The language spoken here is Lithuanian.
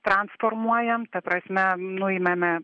transformuojam ta prasme nuimame